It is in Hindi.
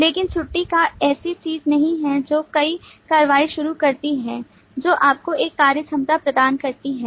लेकिन छुट्टी एक ऐसी चीज नहीं है जो एक कार्रवाई शुरू करती है जो आपको एक कार्यक्षमता प्रदान करती है